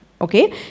Okay